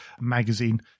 magazine